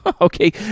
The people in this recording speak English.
okay